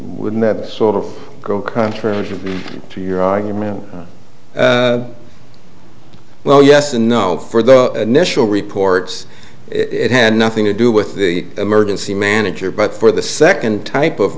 wouldn't that sort of go contrary to your argument well yes and no for the initial reports it had nothing to do with the emergency manager but for the second type of